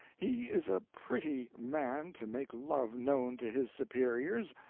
he is a pretty man to make love known to his superiors,